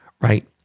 right